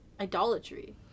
idolatry